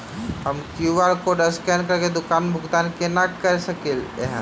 हम QR code scan करके दुकान मे भुगतान केना करऽ सकलिये एहन?